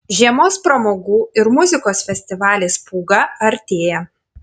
žiemos pramogų ir muzikos festivalis pūga artėja